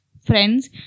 friends